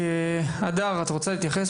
הדר, את רוצה להתייחס?